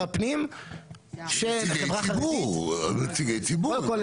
הפנים של החברה החרדית --- נציגי ציבור.